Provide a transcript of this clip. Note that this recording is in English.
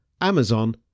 Amazon